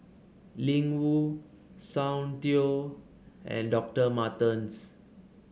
Ling Wu Soundteoh and Doctor Martens